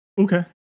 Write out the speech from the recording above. Okay